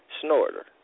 snorter